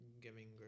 giving